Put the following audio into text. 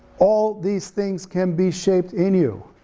all these things can be shaped in you.